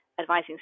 advising